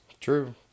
True